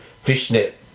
fishnet